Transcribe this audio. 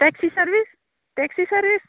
taxi service taxi service